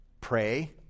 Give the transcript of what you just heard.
Pray